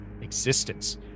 existence